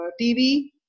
TV